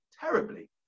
terribly